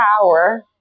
power